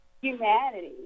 humanity